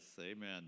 amen